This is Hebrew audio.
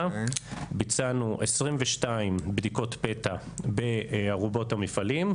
ביצענו 22 בדיקות פתע בארובות המפעלים.